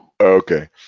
Okay